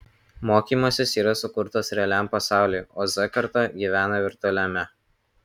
mokymasis yra sukurtas realiam pasauliui o z karta gyvena virtualiame